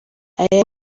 aya